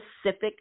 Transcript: specific